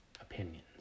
opinions